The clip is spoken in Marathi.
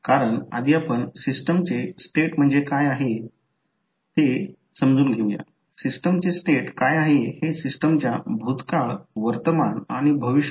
तर याचा अर्थ असा आहे की जर मी समीकरण लिहितो नंतर आपण ते कसे सोडवायचे ते पाहू उदाहरणार्थ जर v1 r j L1 लिहा तर i1 आणि हे म्युच्युअल कपलिंगमुळे तयार झालेले व्होल्टेजआहे